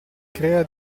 crea